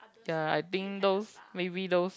the I think those maybe those